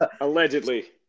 Allegedly